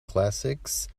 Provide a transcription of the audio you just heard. classics